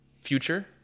future